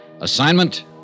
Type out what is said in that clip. Assignment